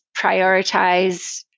prioritize